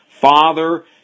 Father